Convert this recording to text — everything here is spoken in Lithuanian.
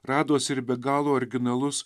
radosi ir be galo originalus